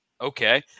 okay